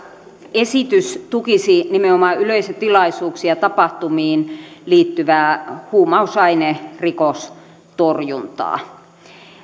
esitys tukisi nimenomaan yleisötilaisuuksiin ja tapahtumiin liittyvää huumausainerikostorjuntaa